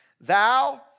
thou